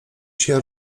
się